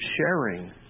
sharing